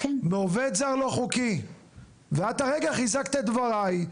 מעובד זר לא חוקי ואת הרגע חיזקת את דבריי,